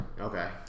Okay